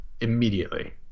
Immediately